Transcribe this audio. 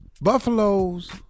buffaloes